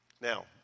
Now